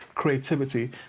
creativity